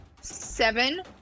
Seven